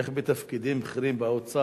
איך אנשים בתפקידים בכירים באוצר,